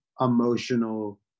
emotional